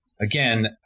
Again